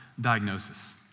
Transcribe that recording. diagnosis